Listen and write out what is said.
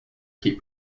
keep